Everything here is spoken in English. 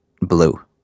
blue